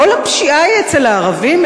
כל הפשיעה היא אצל הערבים?